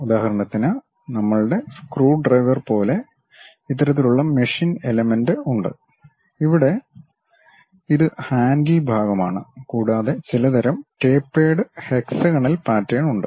ഉദാഹരണത്തിന് നമ്മളുടെ സ്ക്രൂഡ്രൈവർ പോലെ ഇത്തരത്തിലുള്ള മെഷീൻ എലമെൻറ് ഉണ്ട് ഇവിടെ ഇത് ഹാൻഡിൽ ഭാഗമാണ് കൂടാതെ ചിലതരം ടേപ്പേട് ഹെക്സഗനൽ പാറ്റേൺ ഉണ്ട്